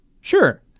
sure